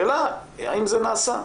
השאלה, האם זה נעשה.